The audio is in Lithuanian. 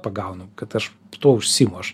pagaunu kad aš tuo užsiimu aš